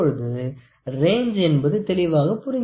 இப்போது ரேஞ்ச் என்பது தெளிவாக புரிந்திருக்கும்